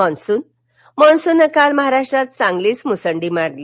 Manson मान्सूननं काल महाराष्ट्रात चांगलीच मुसंडी मारली